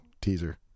teaser